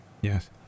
Yes